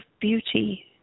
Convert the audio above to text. beauty